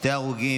שני הרוגים,